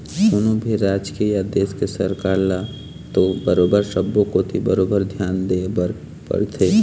कोनो भी राज के या देश के सरकार ल तो बरोबर सब्बो कोती बरोबर धियान देय बर परथे